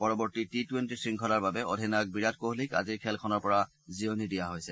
পৰৱৰ্তী T twenty শংখলাৰ বাবে অধিনায়ক বিৰাট কোহলীক আজিৰ খেলখনৰ পৰা জিৰণি দিয়া হৈছে